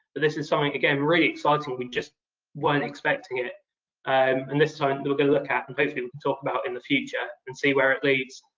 but this is something, again, really exciting. we just weren't expecting it um and this time we're gonna look at and hopefully we'll talk about in the future and see where it leads.